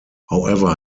however